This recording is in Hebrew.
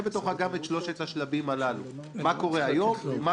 בתוכה גם את שלושת השלבים הללו: מה קורה היום ומה